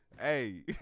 hey